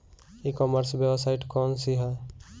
ई commerce website कौन सी है?